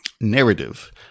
narrative